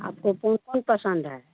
आपको कौन ची पसन्द है